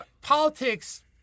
Politics